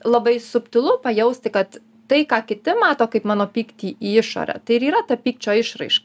labai subtilu pajausti kad tai ką kiti mato kaip mano pyktį į išorę tai ir yra ta pykčio išraiška